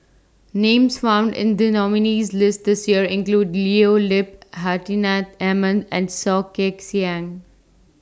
Names found in The nominees' list This Year include Leo Yip Hartinah Ahmad and Soh Kay Siang